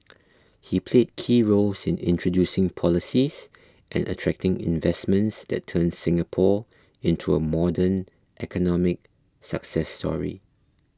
he played key roles in introducing policies and attracting investments that turned Singapore into a modern economic success story